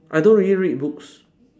I don't really read books